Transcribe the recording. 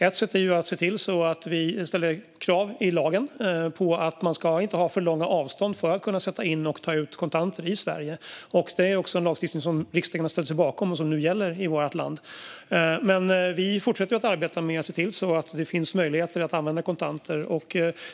Ett sätt är att se till att vi ställer krav i lagen på att man inte ska ha för långa avstånd för att kunna sätta in och ta ut kontanter i Sverige. Det är också en lagstiftning som riksdagen har ställt sig bakom och som nu gäller i vårt land. Men vi fortsätter att arbeta med att se till att det finns möjligheter att använda kontanter.